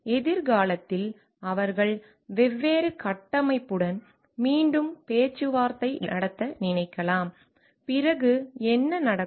எதிர்காலத்தில் அவர்கள் வெவ்வேறு கட்டமைப்புடன் மீண்டும் பேச்சுவார்த்தை நடத்த நினைக்கலாம் பிறகு என்ன நடக்கும்